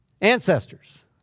ancestors